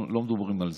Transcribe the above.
לא מדברים על זה,